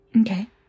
okay